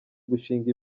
gushinga